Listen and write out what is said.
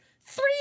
three